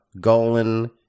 Golan